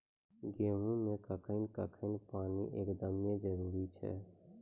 गेहूँ मे कखेन कखेन पानी एकदमें जरुरी छैय?